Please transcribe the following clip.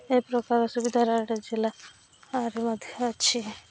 ଏ ପ୍ରକାର ସୁବିଧା ରାୟଗଡ଼ା ଜିଲ୍ଲାରେ ମଧ୍ୟ ଅଛି